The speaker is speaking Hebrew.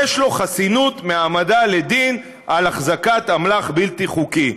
יש לו חסינות מהעמדה לדין על החזקת אמל"ח בלתי חוקי.